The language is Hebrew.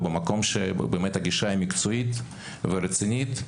או במקום שהגישה היא מקצועית ורצינית,